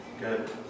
Good